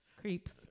creeps